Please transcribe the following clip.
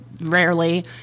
rarely